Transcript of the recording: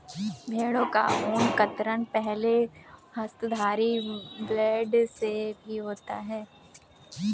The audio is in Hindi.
भेड़ों का ऊन कतरन पहले हस्तधारी ब्लेड से भी होता है